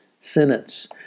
sentence